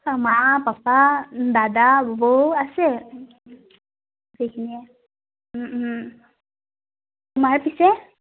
মা পাপা দাদা বৌ আছে সেইখিনিয়ে তোমাৰ পিছে